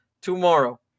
tomorrow